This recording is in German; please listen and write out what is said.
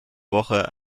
woche